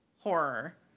horror